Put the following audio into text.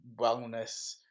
wellness